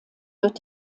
wird